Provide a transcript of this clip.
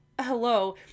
hello